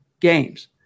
games